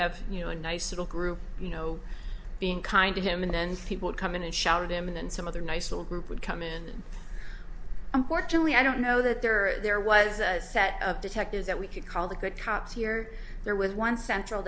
have you know a nice little group you know being kind to him and then people come in and showered him in and some other nice little group would come in and unfortunately i don't know that there are there was a set of detectives that we could call the good cops here there was one central